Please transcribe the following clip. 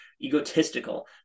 egotistical